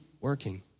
working